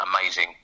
amazing